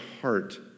heart